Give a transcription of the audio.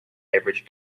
average